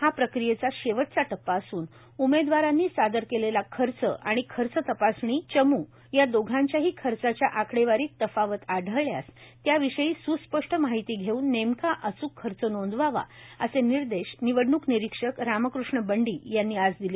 हा प्रक्रियेचा शेवटचा टप्पा असून उमेदवारांनी सादर केलेला खर्च आणि खर्च तपासणी चमू या दोघांच्याही खर्चाच्या आकडेवारीत तफावत आढळल्यास त्याविषयी सुस्पष्ट माहिती घेऊन नेमका अच्क खर्च नोंदवावा असे निर्देश निवडणूक निरीक्षक रामकृष्ण बंडी यांनी आज दिले